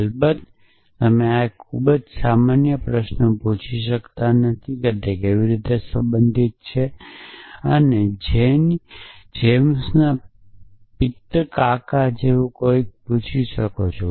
અલબત્ત તમે આ ખૂબ જ સામાન્ય પ્રશ્ન પૂછી શકતા નથી કે તે કેવી રીતે સંબંધિત છે તમે જેની જેન્સ પિતૃ કાકા જેવું કંઈક પૂછી શકો છો